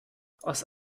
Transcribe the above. aus